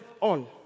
on